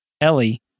Ellie